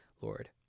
Lord